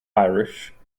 irish